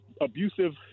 abusive